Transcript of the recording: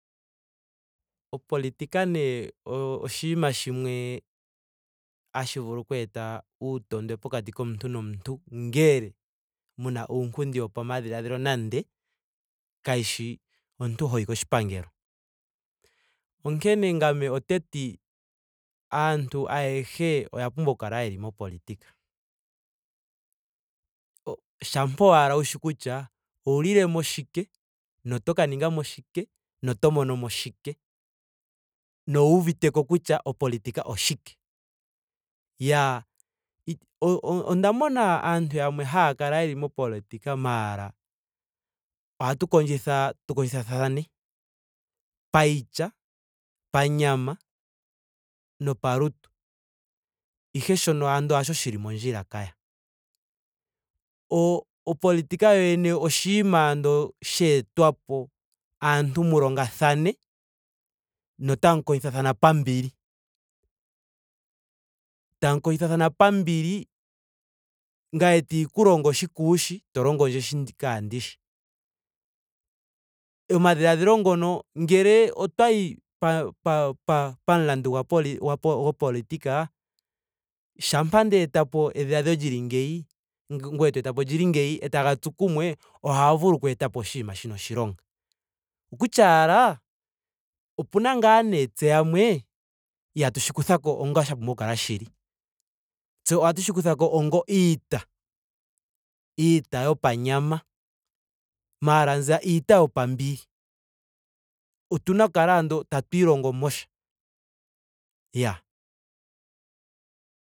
Opolitika nee oshinima shimwe hashi vulu okweeta uutondwe pokati komuntu nomuntu ngele muna uunkundi wopamadhiladhilo nande kashishi omuntu ho yi koshipangelo. Onkene ngame oteti aantu ayehe oya pumbwa oku kala yeli mopolitika. O- shampa owala wushi kutya owu lilemo shike. na otaka ninga mo shike. na oto mono mo shike na owuuviteko kutya opolitika oshike. Iyaa onda mona aantu yamwe haya kala yeli mopolitika maara ohatu kondjitha tu kondjithathane. paitya. pakana. nopalutu. Ihe ando shoka hasho shili mondjila kaya. O- opolitika yoyene oshinima andola sheetwa po aantu mu longathane notamu kondjithathana pambili. tamu kondjithathana pambili. ngame tandi ku longo shi ndaashi. to longo ndje sho kaandishi. Omadhiladhilo ngono ngele otwa yi pa- pa- pa- pamulandu gwa- go- gopolitika. shampa nda etapo edhiladhilo lili ngeyi. ngoye to etapo lili ngeyi. etaga tsu kumwe ohaga vulu okweetapo oshinima shina oshilonga. Okutya owala. opena ngaa nee tse yamwe ihatu shi kutha ko ngaashi sha pumbwa oku kala shili. Tse ohatu shi kutha ko onga iita. Iita yopanyama. maara mbyono iita yopambili. Otuna oku kala anndola tatu ilongo mo sha. Iyaa